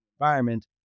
environment